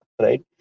right